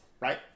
right